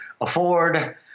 afford